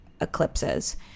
eclipses